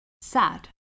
sad